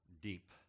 deep